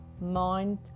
mind